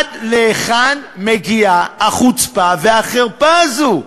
עד להיכן מגיעה החוצפה והחרפה הזו?